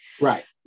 right